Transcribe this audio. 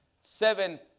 seven